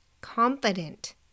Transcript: confident